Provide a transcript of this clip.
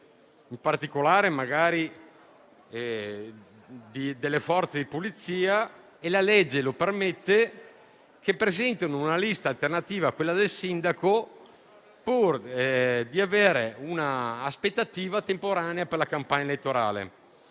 in particolare delle Forze di polizia, che, visto che la legge lo permette, presentano una lista alternativa a quella del sindaco pur di avere un'aspettativa temporanea per la campagna elettorale.